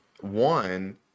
one